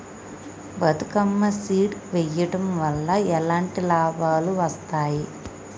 Bathukamma seed వెయ్యడం వల్ల ఎలాంటి లాభాలు వస్తాయి?